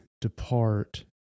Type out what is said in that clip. depart